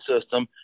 system